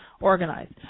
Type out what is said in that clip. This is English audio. organized